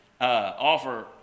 offer